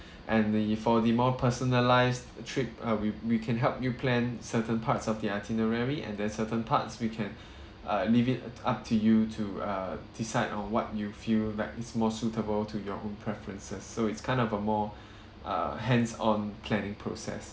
and the for the more personalised uh trip uh we we can help you plan certain parts of the itinerary and then certain parts we can uh leave it uh up to you to uh decide on what you feel like is more suitable to your own preferences so it's kind of a more uh hands on planning process